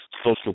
social